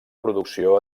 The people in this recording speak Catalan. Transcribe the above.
producció